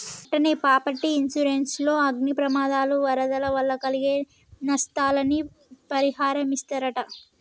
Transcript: అట్టనే property insurance లో అగ్ని ప్రమాదాలు, వరదల వల్ల కలిగే నస్తాలని పరిహారమిస్తరట